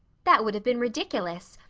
that would have been ridiculous,